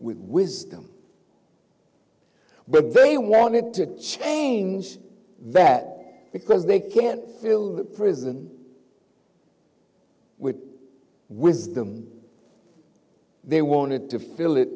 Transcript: wisdom but they wanted to change that because they can't fill the prison with wisdom they wanted to fill it